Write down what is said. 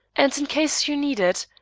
and in case you need it,